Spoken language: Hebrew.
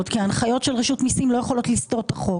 כי ההנחיות של רשות המיסים לא יכולות לסתור את החוק.